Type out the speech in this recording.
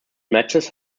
matches